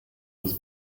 des